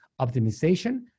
optimization